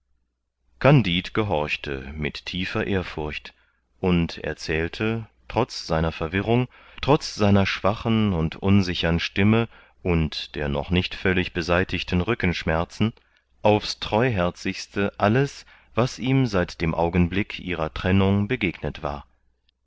kandid gehorchte mit tiefer ehrfurcht und erzählte trotz seiner verwirrung trotz seiner schwachen und unsichern stimme und der noch nicht völlig beseitigten rückenschmerzen aufs treuherzigste alles was ihm seit dem augenblick ihrer trennung begegnet war